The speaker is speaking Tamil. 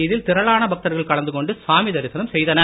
இதில் திரளான பக்தர்கள் கலந்து கொண்டு சாமி தரிசனம் செய்தனர்